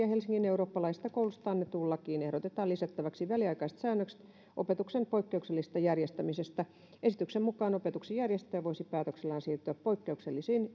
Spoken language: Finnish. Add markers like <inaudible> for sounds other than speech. <unintelligible> ja helsingin eurooppalaisesta koulusta annettuun lakiin ehdotetaan lisättäväksi väliaikaiset säännökset opetuksen poikkeuksellisesta järjestämisestä esityksen mukaan opetuksen järjestäjä voisi päätöksellään siirtyä poikkeuksellisiin <unintelligible>